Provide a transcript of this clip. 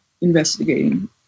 investigating